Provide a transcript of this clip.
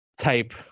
type